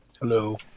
Hello